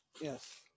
Yes